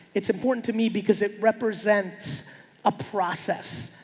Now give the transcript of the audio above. it's important to me because it represents a process.